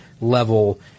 level